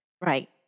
Right